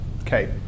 Okay